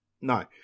No